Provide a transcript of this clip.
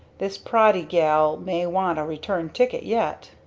this proddy gal may want a return ticket yet!